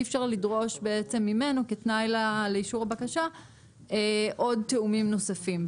אי אפשר לדרוש בצעם ממנו כתנאי לאישור הבקשה עוד תיאומים נוספים.